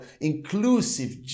inclusive